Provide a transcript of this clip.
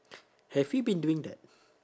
have we been doing that